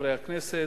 חברי הכנסת,